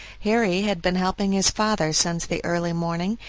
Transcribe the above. harry had been helping his father since the early morning,